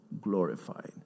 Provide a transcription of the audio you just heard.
Glorified